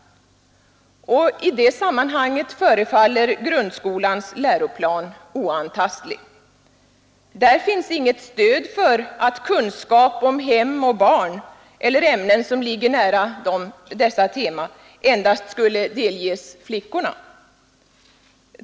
I det sammanhanget förefaller grundskolans läroplan oantastlig. Där finns inget stöd för att kunskap om hem och barn eller ämnen som ligger nära dessa teman endast skulle delges flickorna.